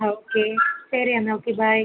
okay ശരി എന്നാൽ okay by